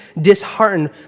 disheartened